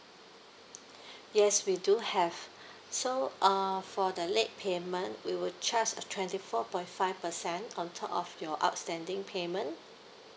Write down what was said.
yes we do have so uh for the late payment we will charge twenty four point five percent on top of your outstanding payment